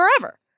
forever